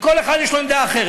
שכל אחד יש לו עמדה אחרת.